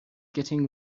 getting